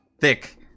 thick